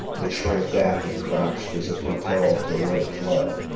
they shrank back and crouched as if compelled to await a flood.